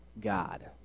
God